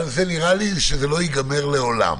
אבל נראה לי שזה לא ייגמר לעולם